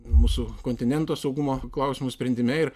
mūsų kontinento saugumo klausimų sprendime ir